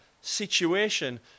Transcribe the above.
situation